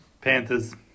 Panthers